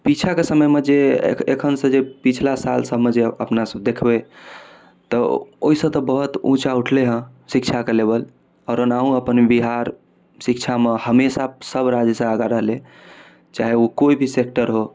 पीछाँके समयमे जे एखनसँ जे पछिला साल सबमे जे अपनासब देखबै तऽ ओहिसँ तऽ बहुत उँचा उठलै हँ शिक्षाके लेवल आओर ओनाहुँ अपन बिहार शिक्षामे हमेशा सब राज्यसँ आगाँ रहलै चाहे ओ कोइ भी सेक्टर हो